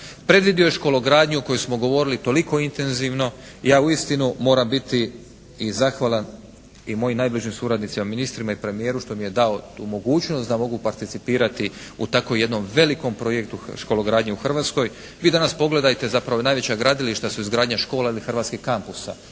Predvidio škologradnju o kojoj smo govorili toliko intenzivno. Ja uistinu moram biti i zahvalan i moj najbližim suradnicima ministrima i premijeru što mi je dao tu mogućnost da mogu participirati u takvom jednom velikom projektu škologradnje u Hrvatskoj. Vi danas pogledajte, zapravo najveća gradilišta su izgradnja škola ili hrvatskim kampusa.